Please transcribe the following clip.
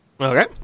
Okay